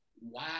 Wow